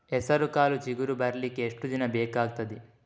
ಹೆಸರುಕಾಳು ಚಿಗುರು ಬರ್ಲಿಕ್ಕೆ ಎಷ್ಟು ದಿನ ಬೇಕಗ್ತಾದೆ?